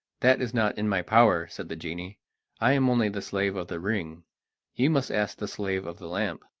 that is not in my power, said the genie i am only the slave of the ring you must ask the slave of the lamp.